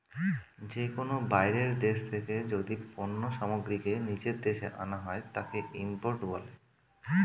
যে কোনো বাইরের দেশ থেকে যদি পণ্য সামগ্রীকে নিজের দেশে আনা হয়, তাকে ইম্পোর্ট বলে